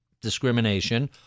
discrimination